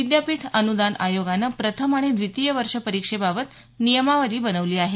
विद्यापीठ अनुदान आयोगानं प्रथम आणि द्वितीय वर्ष परीक्षेबाबत नियमावली बनवली आहे